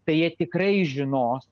tai jie tikrai žinos